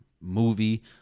movie